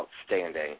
outstanding